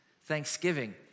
Thanksgiving